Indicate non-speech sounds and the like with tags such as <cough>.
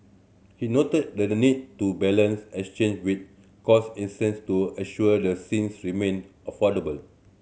he noted that the need to balance <unintelligible> with cost <unintelligible> to ensure the things remain affordable